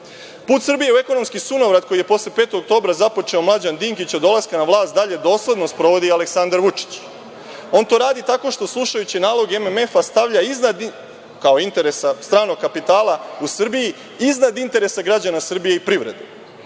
Put Srbije u ekonomski sunovrat koji je posle 5. oktobra započeo Mlađan Dinkić, od dolaska na vlast dalje dosledno sprovodi Aleksandar Vučić. On to radi tako što slušajući naloge MMF-a, kao interes stranog kapitala u Srbiji, stavlja iznad interesa građana Srbije i privrede.